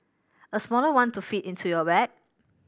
a smaller one to fit into your bag